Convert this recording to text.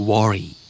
Worry